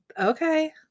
okay